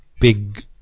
big